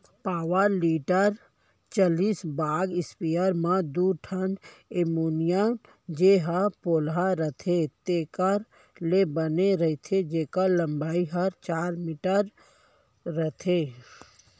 power tiller चलित बाग sprayer म दू ठन एलमोनियम जेन ह पोलहा रथे तेकर ले बने रथे जेकर लंबाई हर चार मीटर रथे